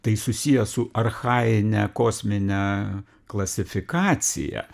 tai susiję su archajine kosmine klasifikacija